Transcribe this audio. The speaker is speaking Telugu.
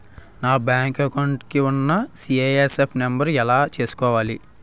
నా బ్యాంక్ అకౌంట్ కి ఉన్న సి.ఐ.ఎఫ్ నంబర్ ఎలా చూసుకోవాలి?